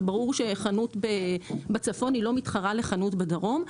וברור שחנות בצפון היא לא מתחרה לחנות בדרום.